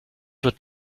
wird